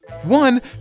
One